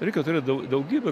reikia turėt dau daugybę